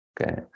Okay